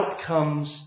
outcomes